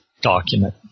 document